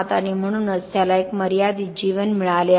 आणि म्हणूनच त्याला एक मर्यादित जीवन मिळाले आहे